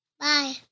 Bye